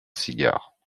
cigares